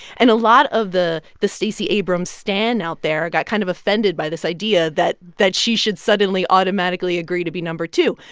and a lot of the the stacey abrams stan out there got kind of offended by this idea that that she should suddenly automatically agree to be no. two.